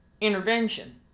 intervention